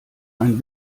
ein